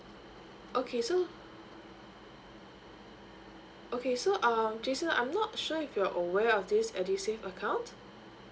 okay so okay so um jason I'm not sure if you're aware of this edusave account